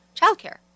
childcare